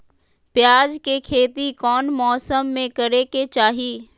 प्याज के खेती कौन मौसम में करे के चाही?